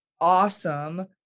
awesome